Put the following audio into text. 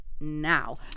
now